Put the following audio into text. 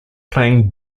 playing